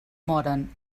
moren